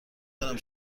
دانم